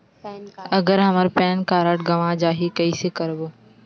अगर हमर PAN card गवां जाही कइसे करबो?